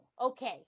Okay